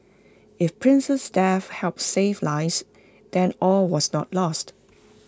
if prince's death helps save lives then all was not lost